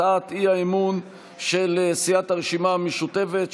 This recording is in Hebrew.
הצעת האי-אמון של סיעת הרשימה המשותפת,